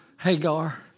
Hagar